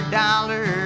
dollar